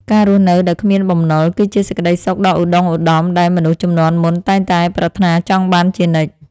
ការរស់នៅដោយគ្មានបំណុល គឺជាសេចក្ដីសុខដ៏ឧត្តុង្គឧត្តមដែលមនុស្សជំនាន់មុនតែងតែប្រាថ្នាចង់បានជានិច្ច។